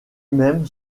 même